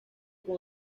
con